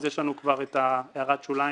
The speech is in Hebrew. אז יש לנו כבר את הערת השוליים,